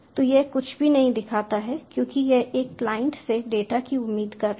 तो यह कुछ भी नहीं दिखाता है क्योंकि यह एक क्लाइंट से डेटा की उम्मीद कर रहा है